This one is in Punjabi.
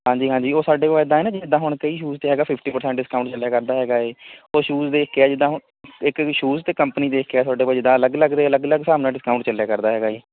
ਹਾਂਜੀ ਹਾਂਜੀ ਉਹ ਸਾਡੇ ਕੋਲ ਇੱਦਾਂ ਹੈ ਨਾ ਜਿੱਦਾਂ ਹੁਣ ਕਈ ਸ਼ੂਜ 'ਤੇ ਹੈਗਾ ਫੀਫਟੀ ਪ੍ਰਸੈਂਟ ਡਿੰਸਕਾਊਂਟ ਚੱਲਿਆ ਕਰਦਾ ਹੈਗਾ ਹੈ ਉਹ ਸ਼ੂਜ ਦੇਖ ਕੇ ਹੈ ਜਿੱਦਾਂ ਹੁਣ ਇੱਕ ਵੀ ਸ਼ੂਜ 'ਤੇ ਕੰਪਨੀ ਦੇਖ ਕੇ ਹੈ ਤੁਹਾਡੇ ਕੋਲ ਜਿੱਦਾਂ ਅਲੱਗ ਅਲੱਗ ਦੇ ਅਲੱਗ ਅਲੱਗ ਹਿਸਾਬ ਨਾਲ਼ ਡਿੰਸਕਾਊਂਟ ਚੱਲਿਆ ਕਰਦਾ ਹੈਗਾ ਜੀ